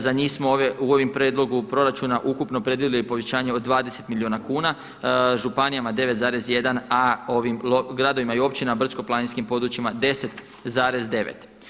Za njih smo u ovom prijedlogu proračuna ukupno predvidjeli povećanje od 20 milijuna kuna, županijama 9,1 a ovim gradovima i općinama, brdsko-planinskim područjima 10,9.